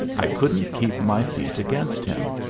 i couldn't keep my feet against him,